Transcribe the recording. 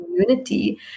community